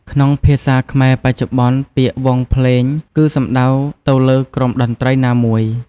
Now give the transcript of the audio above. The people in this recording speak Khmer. ក្នុងភាសាខ្មែរបច្ចុប្បន្ន ពាក្យ "វង់ភ្លេង" គឺសំដៅទៅលើក្រុមតន្ត្រីណាមួយ។